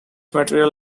material